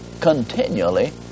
continually